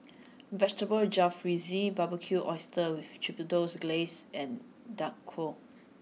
Vegetable Jalfrezi Barbecued Oysters with Chipotle Glaze and Dhokla